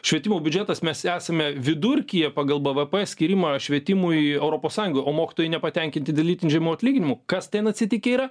švietimo biudžetas mes esame vidurkyje pagal bvp skyrimą švietimui europos sąjungoj o mokytojai nepatenkinti dėl itin žemų atlyginimų kas ten atsitikę yra